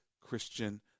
Christian